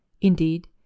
indeed